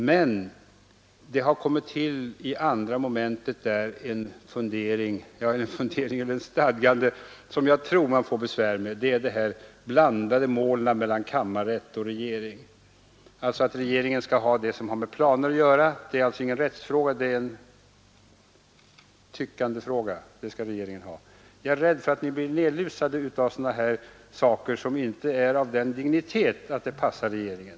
Men det har tillkommit ett stadgande i 2 mom., som jag tror att man kommer att få besvär med, nämligen de mellan kammarrätt och regering delade målen. Regeringen skall i dessa fall ta befattning med det som gäller planfrågor. Om det alltså inte gäller en rättsfråga utan snarare en bedömningsfråga, skall regeringen handlägga ärendet. Jag fruktar emellertid att regeringen kommer att bli nedlusad med ärenden som inte är av sådan dignitet att de bör behandlas av regeringen.